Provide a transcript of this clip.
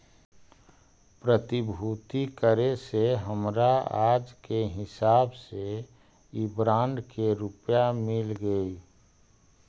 प्रतिभूति करे से हमरा आज के हिसाब से इ बॉन्ड के रुपया मिल गेलइ